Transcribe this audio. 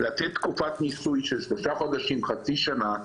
לתת תקופת ניסוי של שלושה חודשים-חצי שנה,